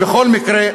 בכל מקרה,